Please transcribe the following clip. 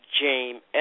James